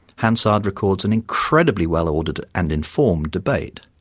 hansard records an incredibly well ordered and informed debate.